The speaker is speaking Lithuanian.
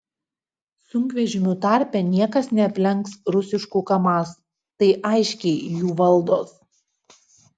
sunkvežimių tarpe niekas neaplenks rusiškų kamaz tai aiškiai jų valdos